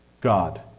God